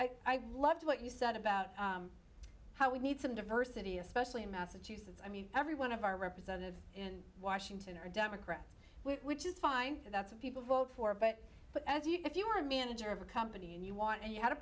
a i love what you said about how we need some diversity especially in massachusetts i mean every one of our representatives in washington are democrats which is fine and that's people vote for but but as you if you were a manager of a company and you want and you had a